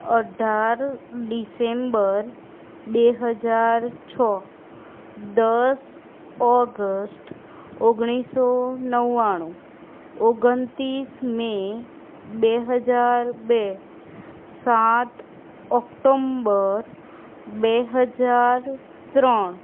અઢાર ડિસેમ્બર બે હજાર છ દસ ઓગસ્ટ ઓગણીસો નવ્વાણું ઓગણત્રીસ મે બે હજાર બે સાત ઓક્ટોમ્બર બે હજાર ત્રણ